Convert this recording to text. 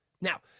Now